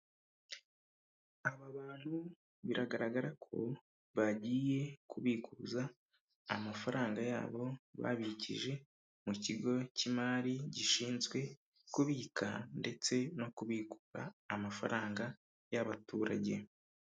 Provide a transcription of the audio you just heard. Aba bantu biragaragara ko bagiye kubikuza amafaranga yabo babikije mu kigo cy'imari gishinzwe kubika ndetse no kubikura amafaranga y'abaturage.